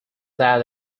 that